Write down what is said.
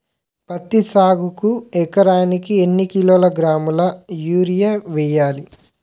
పత్తి సాగుకు ఎకరానికి ఎన్నికిలోగ్రాములా యూరియా వెయ్యాలి?